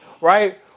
right